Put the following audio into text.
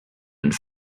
and